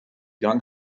young